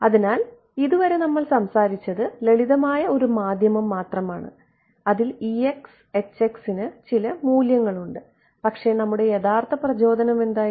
അതിനാൽ ഇതുവരെ ഞങ്ങൾ സംസാരിച്ചത് ലളിതമായ ഒരു മാധ്യമം മാത്രമാണ് അതിൽ ന് ചില മൂല്യങ്ങളുണ്ട് പക്ഷേ നമ്മുടെ യഥാർത്ഥ പ്രചോദനം എന്തായിരുന്നു